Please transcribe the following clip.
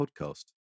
podcast